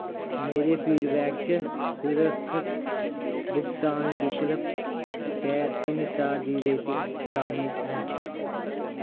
मेरे फीडबैक च सुरक्खत भुगतान विकल्प ते तिन्न स्टार दी रेटिंग शामल ऐ